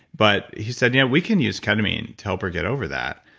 but he said, yeah we can use ketamine to help her get over that.